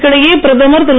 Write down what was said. இதற்கிடையே பிரதமர் திரு